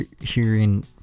hearing